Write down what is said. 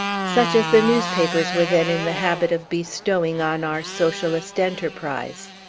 such as the newspapers were then in the habit of bestowing on our socialist enterprise.